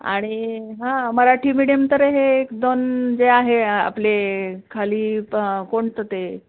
आणि हा मराठी मीडियम तर हे एक दोन जे आहे आपले खाली प कोणतं ते